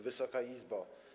Wysoka Izbo!